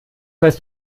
weißt